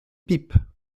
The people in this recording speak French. pipe